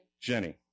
Jenny